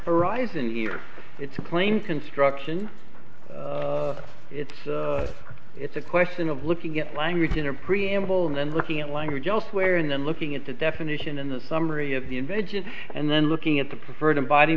arising here it's a plain construction it's it's a question of looking at language in a preamble and then looking at language elsewhere and then looking at the definition in the summary of the invasion and then looking at the preferred embod